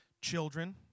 children